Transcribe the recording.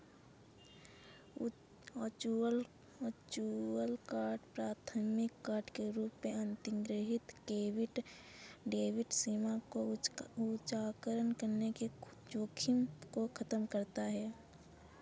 virtual card प्राथमिक card के रूप में अंतर्निहित क्रेडिट डेबिट सीमा को उजागर करने के जोखिम को कम करता है